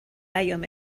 ایام